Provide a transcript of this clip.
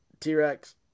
T-Rex